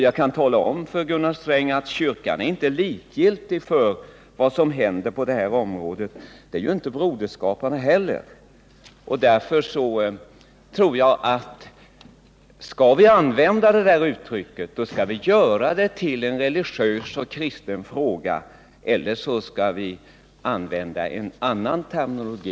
Jag kan tala om för Gunnar Sträng att kyrkan inte är likgiltig för vad som händer på detta område. Det är inte heller Broderskaparna. Skall vi använda detta uttryck, skall vi göra kärnkraftsfrågan till en religiös och kristen fråga. Annars skall vi använda en annan terminologi.